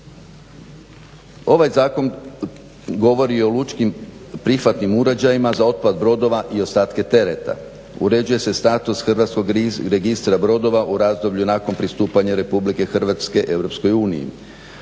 Ovaj zakon govori o lučkim prihvatnim uređajima za otpad brodova i ostatke tereta. Uređuje se status hrvatskog registra brodova u razdoblju nakon pristupanja RH EU.